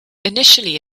initially